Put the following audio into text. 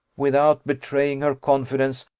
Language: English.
without betraying her confidence,